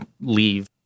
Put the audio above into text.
leave